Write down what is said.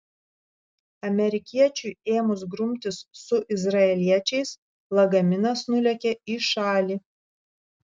amerikiečiui ėmus grumtis su izraeliečiais lagaminas nulėkė į šalį